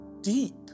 deep